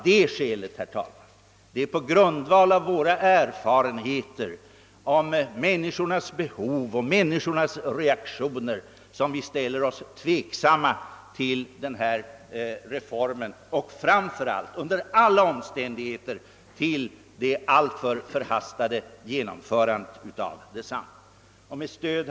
Det är på grundval av våra erfarenheter om människornas behov och reaktioner som vi ställer oss tveksamma inför den föreslagna reformen — framför allt och under alla omständigheter inför det alltför förhastade genomförandet av densamma. Herr talman!